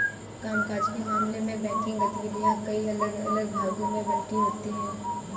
काम काज के मामले में बैंकिंग गतिविधियां कई अलग अलग भागों में बंटी होती हैं